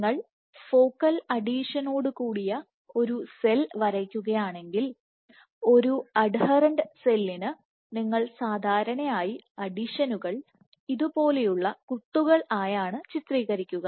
നിങ്ങൾ ഫോക്കൽ അഡീഷനോടുകൂടിയ ഒരു സെൽ വരയ്ക്കുകയാണെങ്കിൽ ഒരു അഡ്ഹെറന്റ് സെല്ലിന് നിങ്ങൾ സാധാരണയായി അഡിഷനുകൾ ഇത് പോലുള്ള കുത്തുകൾ ആയാണ് ചിത്രീകരിക്കുക